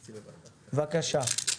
בקשה.